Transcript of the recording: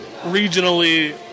regionally